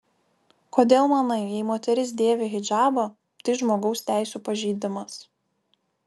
kodėl manai jei moteris dėvi hidžabą tai žmogaus teisių pažeidimas